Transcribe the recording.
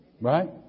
Right